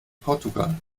portugal